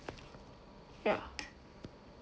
ya